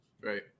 Right